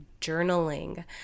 journaling